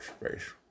space